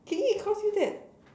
keng-yi calls you that